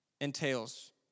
entails